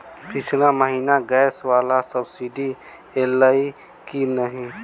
पिछला महीना गैस वला सब्सिडी ऐलई की नहि?